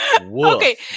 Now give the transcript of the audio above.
Okay